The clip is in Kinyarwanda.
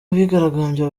abigaragambya